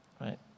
right